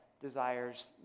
desires